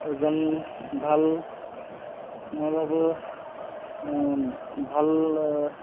এজন ভাল মই ভাবোঁ ভাল